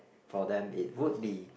for them it would be